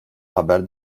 haber